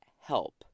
help